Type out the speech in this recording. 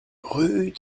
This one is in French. rue